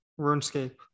runescape